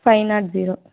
five not zero